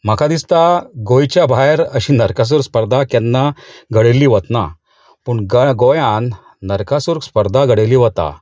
म्हाका दिसता गोंयच्या भायर अशी नरकासूर स्पर्धा केन्ना घडिल्ली वतना पूण गोंयान नरकासूर स्पर्धा घडयली वता